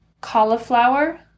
Cauliflower